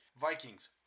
Vikings